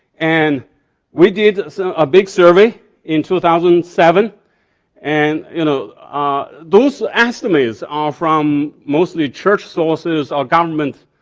and we did so a big survey in two thousand and seven and you know ah those estimates are from mostly church sources or government